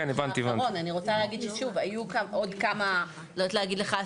אני רוצה ששוב היו עוד כמה לא יודעת להגיד לך,